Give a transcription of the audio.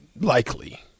likely